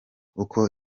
uko